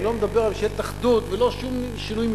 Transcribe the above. אני לא מדבר על ממשלת אחדות ולא על שום שינוי מבני,